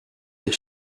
des